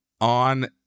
on